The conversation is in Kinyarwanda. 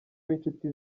b’inshuti